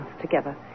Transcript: together